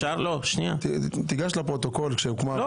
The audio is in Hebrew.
תיגש לפרוטוקול כשהוקמה הוועדה.